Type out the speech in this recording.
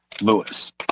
lewis